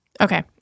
Okay